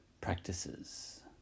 practices